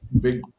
big